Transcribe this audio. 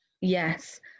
yes